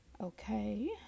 Okay